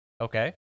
Okay